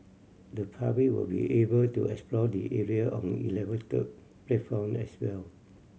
the public will be able to explore the area on elevated platform as well